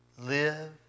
live